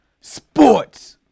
sports